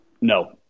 No